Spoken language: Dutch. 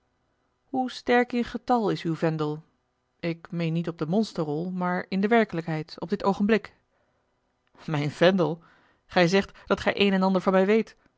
sterk in getal is uw vendel ik meen niet op de monsterrol maar in de werkelijkheid op dit oogenblik mijn vendel gij zegt dat gij een en ander van mij weet